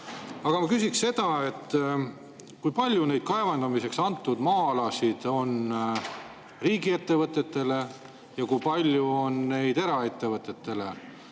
Aga ma küsiksin seda. Kui palju neid kaevandamiseks antud maa-alasid on riigiettevõtetele ja kui palju on neid eraettevõtetele?